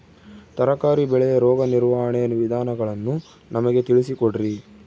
ತರಕಾರಿ ಬೆಳೆಯ ರೋಗ ನಿರ್ವಹಣೆಯ ವಿಧಾನಗಳನ್ನು ನಮಗೆ ತಿಳಿಸಿ ಕೊಡ್ರಿ?